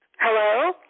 Hello